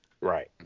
right